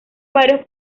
varios